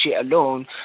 alone